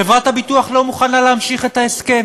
חברת הביטוח לא מוכנה להמשיך את ההסכם